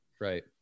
Right